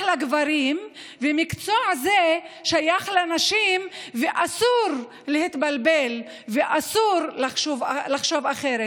לגברים והמקצוע הזה שייך לנשים ואסור להתבלבל ואסור לחשוב אחרת,